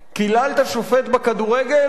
קיללת שופט במשחק כדורגל,